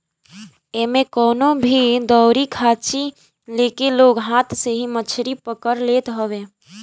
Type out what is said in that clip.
एमे कवनो भी दउरी खाची लेके लोग हाथ से ही मछरी पकड़ लेत हवे